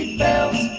bells